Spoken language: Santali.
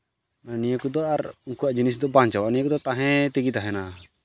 ᱱᱤᱭᱟᱹ ᱠᱚᱫᱚ ᱟᱨ ᱩᱱᱠᱩᱣᱟᱜ ᱡᱤᱱᱤᱥ ᱫᱚ ᱵᱟᱝ ᱪᱟᱵᱟᱜᱼᱟ ᱱᱤᱭᱟᱹ ᱠᱚᱫᱚ ᱛᱟᱦᱮᱸ ᱛᱮᱜᱮ ᱛᱟᱦᱮᱱᱟ